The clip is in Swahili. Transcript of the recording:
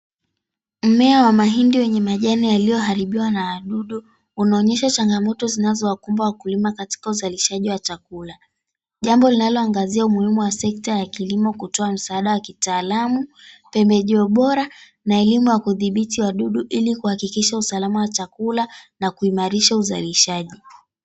Mmea wa mahindi yenye majani yaliyoharibiwa na wadudu, unaonyesha changamoto zinazowakumba wakulima katika uzalishaji wa chakula. Jambo linaloangazia umuhimu wa sekta ya kilimo kutoa msaada wa kitaalamu, pembejeo bora, na elimu ya kudhibiti wadudu, ili kuhakikisha usalama wa chakula na kuimarisha uzalishaji.